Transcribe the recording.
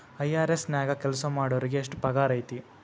IRS ನ್ಯಾಗ್ ಕೆಲ್ಸಾಮಾಡೊರಿಗೆ ಎಷ್ಟ್ ಪಗಾರ್ ಐತಿ?